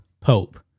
pope